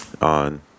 on